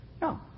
No